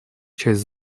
часть